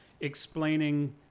explaining